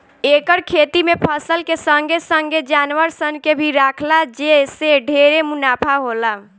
एकर खेती में फसल के संगे संगे जानवर सन के भी राखला जे से ढेरे मुनाफा होला